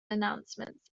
announcements